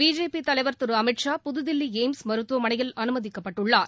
BJP தலைவர் Thiru Amit Shah Puthu Thilli AIIMS மருத்துவமனையில் அனுமதிக்கப்பட்டுள்ளார்